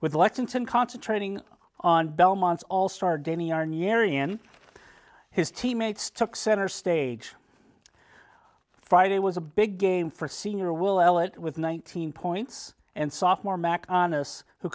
with lexington concentrating on belmont's all star dany are njeri and his teammates took center stage friday was a big game for senior will it with nineteen points and sophomore mac on us who